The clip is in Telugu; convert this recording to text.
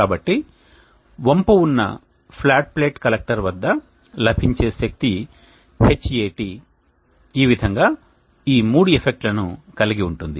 కాబట్టి కాబట్టి వంపు ఉన్న ఫ్లాట్ ప్లేట్ కలెక్టర్ వద్ద లభించే శక్తి Hat ఈ విధంగా ఈ మూడు ఎఫెక్ట్లను కలిగి ఉంటుంది